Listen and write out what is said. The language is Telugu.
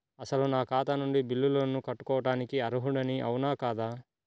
అసలు నా ఖాతా నుండి బిల్లులను కట్టుకోవటానికి అర్హుడని అవునా కాదా?